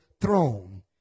throne